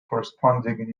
corresponding